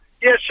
Yes